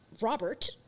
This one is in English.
Robert